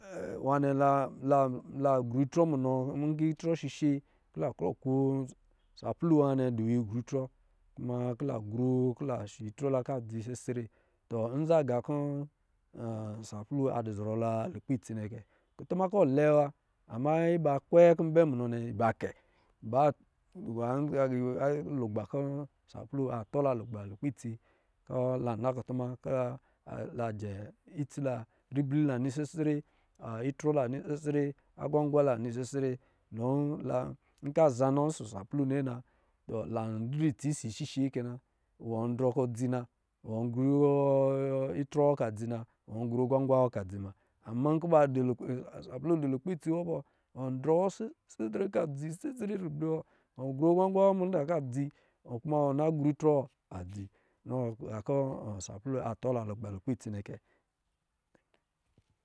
nwa nnɛ la gra itrɔ munɔ nkɔ̄ itrɔ shishe la krɔ ku, sapru nwa nnɛ adɔ̄ nwa igru itrɔ nwa, kɔ̄ la gru kɔ̄ la shi itrɔ la kɔ̄ adzi sesere tɔ nza agā kɔ̄ sapra dɔ̄ zɔrɔ la ludkpɛ itsi nnɛ kɛ kutu ma kɔ̄ lɛ wa ama iba kwe kɔ̄ nbɛ niba nnɛ nɔ kɛ lughba kɔ̄ sapru ba tɔla lugba lukpi itsi kɔ̄ la nakutama ka la jɛ itsi la ribili la nɔ sesere, akwangwa la nɔ sesere du la, nka za nɔ ɔsɔ̄ saplu nnɛ na tɔ la nyɛ itsi ɔsɔ̄ ishishe kɛna. wɔ drɔ kɔ̄ dzi na, wɔ gru trɔ wo kɔ̄ adzi na wɔ gru agwangwa wɔ kɔ̄ adzi na ama nkɔ̄ saplu a dɔ lukpɛ ifsi wɔ bɔ wɔ we ka dzi sesere ribli wɔ, wɔ gru agwangwa wɔ mada ka dzi wɔ kuma wɔ na gru itrɔ wa adzi gā kɔ̄ saplu a tɔlagba huse itsi nnɛ kɛ